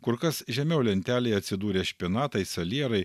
kur kas žemiau lentelėje atsidūrė špinatai salierai